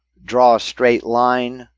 draw a straight line,